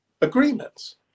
Agreements